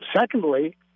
secondly